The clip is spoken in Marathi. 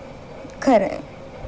खरं आहे